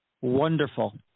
wonderful